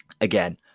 Again